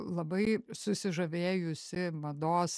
labai susižavėjusi mados